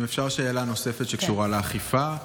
אם אפשר שאלה נוספת שקשורה באכיפה.